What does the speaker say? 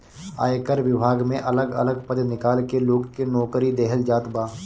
आयकर विभाग में अलग अलग पद निकाल के लोग के नोकरी देहल जात बा